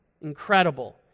Incredible